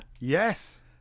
Yes